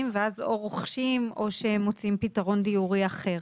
ואז או רוכשים או שמוצאים פתרון דיורי אחר,